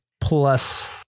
plus